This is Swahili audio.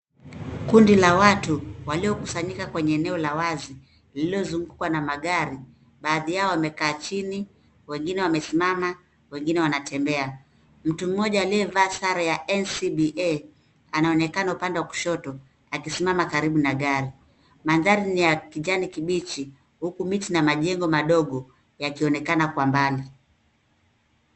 Kundi la watu waliokusanyika kwenye eneo la wazi lililozungukwa na magari. Baadhi yao wamekaa chini wengine wamesimama, wengine wanatembea. Mtu mmoja aliyevaa sare ya NCBA anaonekana upande wa kushoto akisimama karibu na gari. Mandhari ni ya kijani kibichi huku miti na majengo madogo yakionekana kwa mbali.